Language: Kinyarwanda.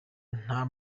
nta